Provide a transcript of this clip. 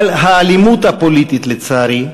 אבל האלימות הפוליטית, לצערי,